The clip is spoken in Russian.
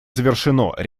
завершено